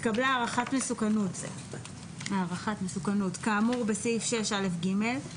התקבלה הערכת מסוכנות כאמור בסעיף 6א(ג),